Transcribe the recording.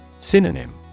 Synonym